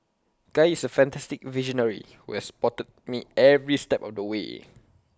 guy is A fantastic visionary who has supported me every step of the way